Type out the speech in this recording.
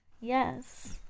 Yes